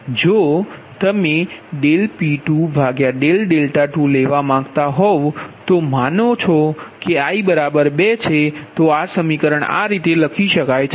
જો તમેP22 લેવા માંગતા હોવ તો તમે માનો છો કે i 2 છે તો આ સમીકરણ આ રીતે લખી શકાય છે